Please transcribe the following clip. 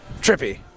trippy